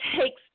takes